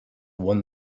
one